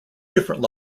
different